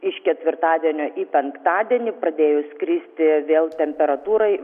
iš ketvirtadienio į penktadienį pradėjus kristi vėl temperatūrai